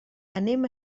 anem